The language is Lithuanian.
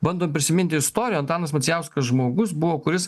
bandom prisiminti istoriją antanas macijauskas žmogus buvo kuris